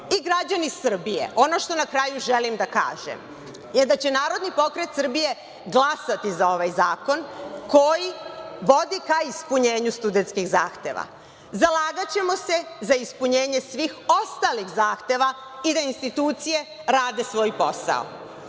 tim. Građani Srbije, ono što na kraju želim da kažem je da će Narodni pokret Srbije glasati za ovaj zakon koji vodi ka ispunjenju studentskih zahteva. Zalagaćemo se za ispunjenje svih ostalih zahteva i da institucije rade svoj posao. Što